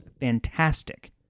fantastic